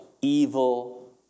evil